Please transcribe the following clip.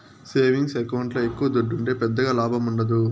savings ఎకౌంట్ల ఎక్కవ దుడ్డుంటే పెద్దగా లాభముండదు